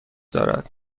دارد